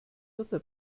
jutta